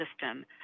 system